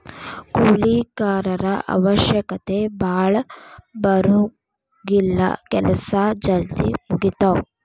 ಕೂಲಿ ಕಾರರ ಅವಶ್ಯಕತೆ ಭಾಳ ಬರುಂಗಿಲ್ಲಾ ಕೆಲಸಾ ಜಲ್ದಿ ಮುಗಿತಾವ